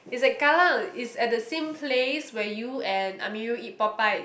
is at Kallang is at the same place where you and Amirul eat popeye